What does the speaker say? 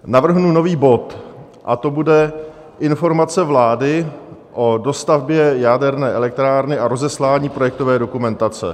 Navrhnu nový bod a to bude Informace vlády o dostavbě jaderné elektrárny a rozeslání projektové dokumentace.